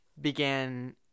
began